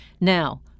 Now